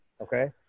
okay